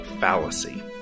fallacy